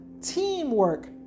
teamwork